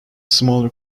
smaller